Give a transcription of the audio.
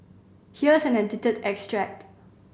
here is an edited extract